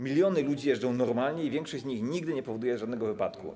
Miliony ludzi jeżdżą normalnie i większość z nich nigdy nie powoduje żadnego wypadku.